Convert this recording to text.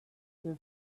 their